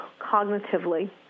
cognitively